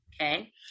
okay